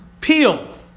peel